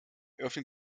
öffnet